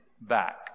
back